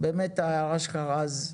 באמת ההערה שלך רז,